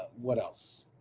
what else,